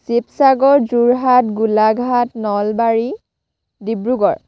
Sivasagar Jorhat Golaghat Nalbari Dibrugarh